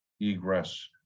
egress